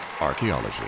Archaeology